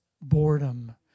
boredom